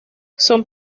son